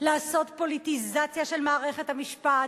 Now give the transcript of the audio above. לעשות פוליטיזציה של מערכת המשפט,